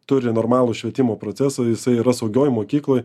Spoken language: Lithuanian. turi normalų švietimo procesą jisai yra saugioj mokykloj